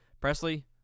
Presley